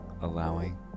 allowing